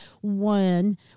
One